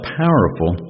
powerful